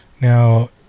Now